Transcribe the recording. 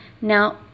Now